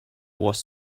was